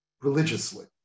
religiously